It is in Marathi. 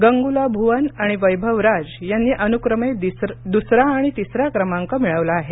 गंगुला भुवन आणि वैभव राज यांनी अनुक्रमे दुसरा आणि तिसरा क्रमांक मिळवला आहे